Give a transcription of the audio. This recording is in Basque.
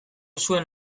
zuen